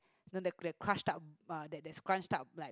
then they crushed out uh they they scrunch out like